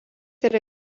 yra